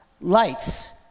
lights